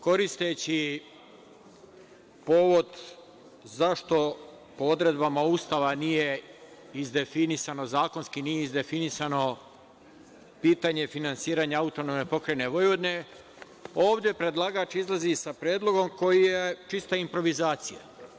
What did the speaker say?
Koristeći povod zašto po odredbama Ustava zakonski nije izdefinisano pitanje finansiranja AP Vojvodine, ovde predlagač izlazi sa predlogom koji je čista improvizacija.